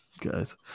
Guys